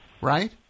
Right